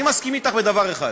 אני מסכים אתך בדבר אחד,